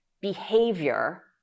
behavior